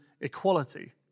equality